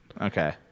Okay